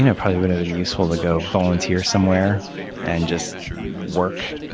you know probably would have been useful to go volunteer somewhere and just work